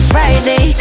Friday